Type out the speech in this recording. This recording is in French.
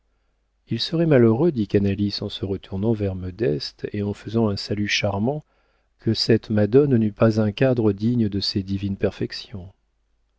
il serait malheureux dit canalis en se retournant vers modeste et en faisant un salut charmant que cette madone n'eût pas un cadre digne de ses divines perfections